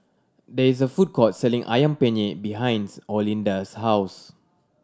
there is a food court selling Ayam Penyet behinds Olinda's house